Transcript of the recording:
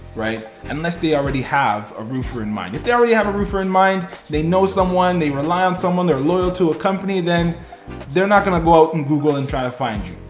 unless they already have a roofer in mind. if they already have a roofer in mind, they know someone, they rely on someone, they're loyal to a company, then they're not gonna go out, and google, and try to find you.